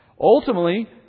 ultimately